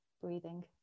breathing